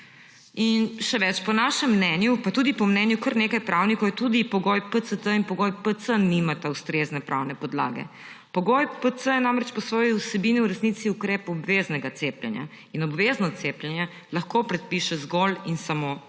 In še več, po našem mnenju pa tudi po mnenju kar nekaj pravnikov tudi pogoj PCT in pogoj PC nimata ustrezne pravne podlage. Pogoj PC je namreč po svoji vsebini v resnici ukrep obveznega cepljenja in obvezno cepljenje lahko predpiše zgolj in samo zakon.